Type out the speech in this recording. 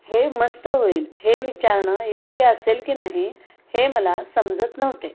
हे मस्त होईल हे विचारणं योग्य असेल की नाही हे मला समजत नव्हते